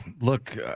look